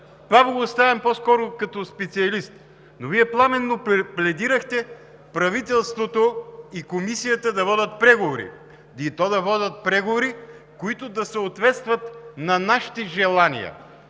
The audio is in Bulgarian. Това Ви го поставям по-скоро като специалист. Вие пламенно пледирахте правителството и Комисията да водят преговори, и то да водят преговори, които да съответстват на нашите желания.